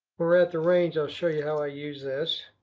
are at the range, i'll show you how i use this.